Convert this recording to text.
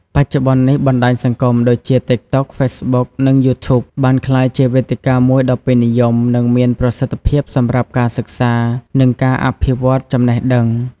បច្ចុប្បន្ននេះ បណ្ដាញសង្គមដូចជា តិកតុក, ហ្វេសបុក, និង យូធូប បានក្លាយជាវេទិកាមួយដ៏ពេញនិយម និងមានប្រសិទ្ធភាពសម្រាប់ការសិក្សា និងការអភិវឌ្ឍចំណេះដឹង។